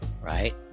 Right